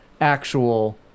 actual